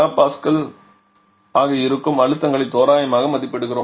32 MPa ஆக இருக்கும் அழுத்தங்களை தோராயமாக மதிப்பிடுகிறோம்